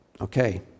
okay